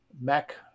Mac